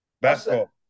Basketball